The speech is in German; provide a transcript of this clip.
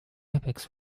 airbags